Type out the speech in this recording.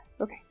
Okay